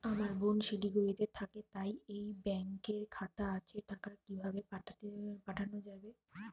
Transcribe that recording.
আমার বোন শিলিগুড়িতে থাকে তার এই ব্যঙকের খাতা আছে টাকা কি ভাবে পাঠানো যাবে?